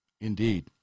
Indeed